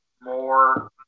more